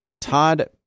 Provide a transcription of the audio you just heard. Todd